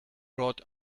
brought